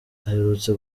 aherutse